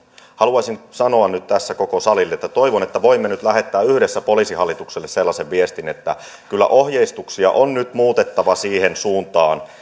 haluaisin sanoa nyt tässä koko salille että toivon että voimme lähettää yhdessä poliisihallitukselle sellaisen viestin että kyllä ohjeistuksia on nyt muutettava siihen suuntaan